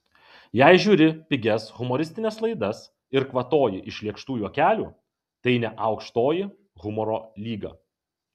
jei žiūri pigias humoristines laidas ir kvatoji iš lėkštų juokelių tai ne aukštoji humoro lyga